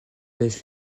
camps